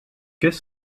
qu’est